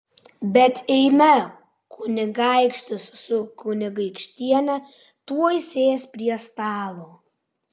bet eime kunigaikštis su kunigaikštiene tuoj sės prie stalo